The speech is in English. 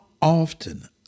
often